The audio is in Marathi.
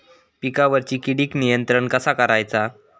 पिकावरची किडीक नियंत्रण कसा करायचा?